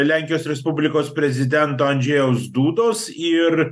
lenkijos respublikos prezidento andžejaus dudos ir